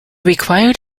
required